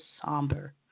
somber